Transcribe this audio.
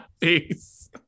Peace